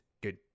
Good